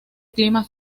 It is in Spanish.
clima